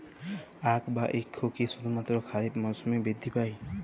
আখ বা ইক্ষু কি শুধুমাত্র খারিফ মরসুমেই বৃদ্ধি পায়?